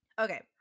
Okay